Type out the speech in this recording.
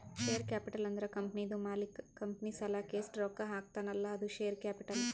share capital ಅಂದುರ್ ಕಂಪನಿದು ಮಾಲೀಕ್ ಕಂಪನಿ ಸಲಾಕ್ ಎಸ್ಟ್ ರೊಕ್ಕಾ ಹಾಕ್ತಾನ್ ಅಲ್ಲಾ ಅದು ಶೇರ್ ಕ್ಯಾಪಿಟಲ್